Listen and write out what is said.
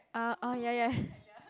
uh orh ya ya